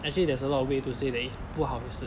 actually there's a lot of way to say that it's 不好的事